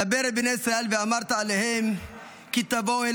דבר אל בני ישראל ואמרת אלהם כי תבֹאו אל